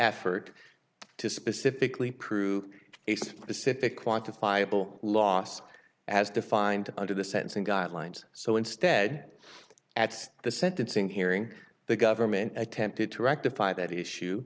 effort to specifically prove a specific quantifiable lost as defined under the sentencing guidelines so instead at the sentencing hearing the government attempted to rectify that issue